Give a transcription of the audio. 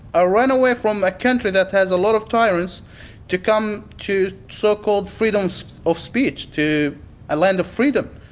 i ran away from a country that has a lot of tyrants to come to so-called freedom so of speech, to a land of freedom,